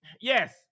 yes